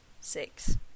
Six